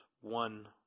one